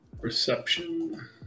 Perception